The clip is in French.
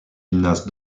gymnase